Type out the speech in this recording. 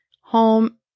home